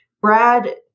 Brad